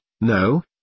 no